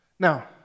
Now